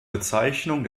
bezeichnung